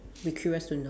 be curious to know